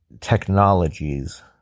technologies